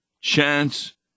chance